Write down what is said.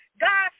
God